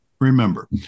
Remember